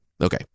Okay